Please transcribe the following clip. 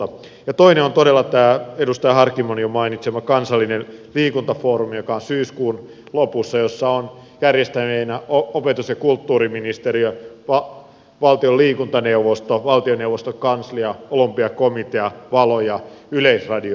toinen on todella tämä edustaja harkimon jo mainitsema kansallinen liikuntafoorumi joka on syyskuun lopussa jossa on järjestäjinä opetus ja kulttuuriministeriö valtion liikuntaneuvosto valtioneuvoston kanslia olympiakomitea valo ja yleisradio